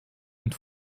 und